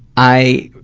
i